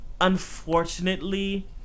unfortunately